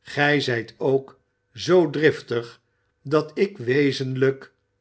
gij zijt ook zoo driftig dat ik wezenlijk